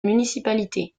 municipalité